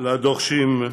לדורשים אותו.